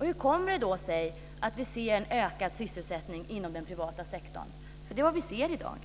Hur kommer det sig då att vi ser en ökad sysselsättning inom den privata sektorn? Det är ju vad vi ser i dag.